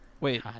Wait